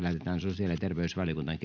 lähetetään sosiaali ja terveysvaliokuntaan